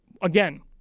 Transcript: Again